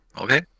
Okay